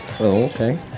okay